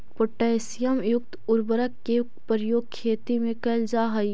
potassium युक्त उर्वरक के प्रयोग खेती में कैल जा हइ